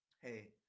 hey